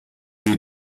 you